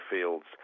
fields